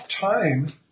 time